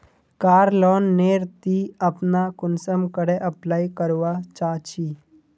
कार loan नेर ती अपना कुंसम करे अप्लाई करवा चाँ चची?